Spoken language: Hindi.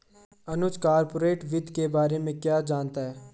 अनुज कॉरपोरेट वित्त के बारे में क्या जानता है?